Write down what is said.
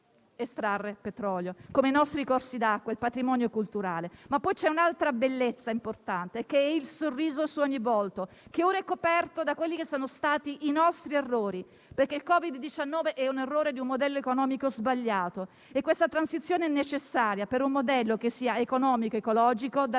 come i nostri corsi d'acqua e il patrimonio culturale. Ma poi c'è un'altra bellezza importante, che è il sorriso su ogni volto che ora è coperto da quelli che sono stati i nostri errori: il Covid-19 è infatti un errore che deriva da un modello economico sbagliato e questa transizione è necessaria per un modello che sia economico ed ecologico,